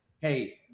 hey